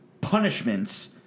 punishments